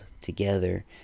together